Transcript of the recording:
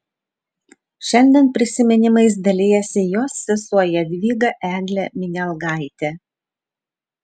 šiandien prisiminimais dalijasi jos sesuo jadvyga eglė minialgaitė